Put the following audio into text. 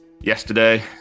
yesterday